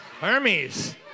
Hermes